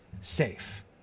safe